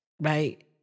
right